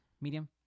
Medium